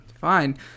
Fine